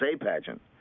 pageant